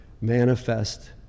manifest